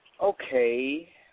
Okay